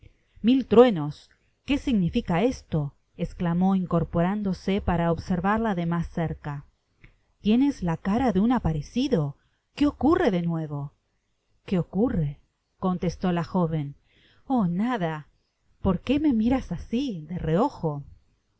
mil truenos que significa esto esclamó incorporándose para observarla de mas ocrea tienes la cara de un aparecido qué ocurre de nuevo qué ocurre contestó la joven oh nada por qué me miras asi de reojo